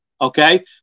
Okay